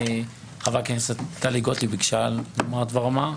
חברת הכנסת טלי גוטליב ביקשה לומר דבר מה.